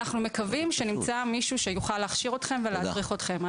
אנחנו מקווים שנמצא מישהו שיוכל להכשיר אתכם ולהדריך אתכם.